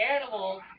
animal